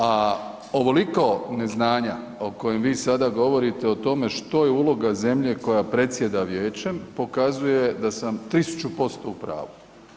A ovoliko neznanja o kojem vi sada govorite o tome što je uloga zemlje koja predsjeda vijećem pokazuje da sam 1000% u pravu.